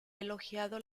elogiado